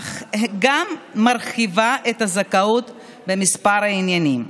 אך גם מרחיבה את הזכאות בכמה עניינים.